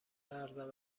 ارزان